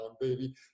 baby